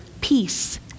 peace